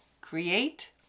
create